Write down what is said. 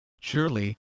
Surely